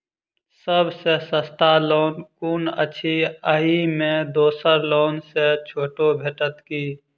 सब सँ सस्ता लोन कुन अछि अहि मे दोसर लोन सँ छुटो भेटत की?